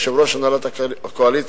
יושב-ראש הנהלת הקואליציה,